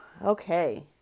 Okay